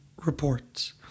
reports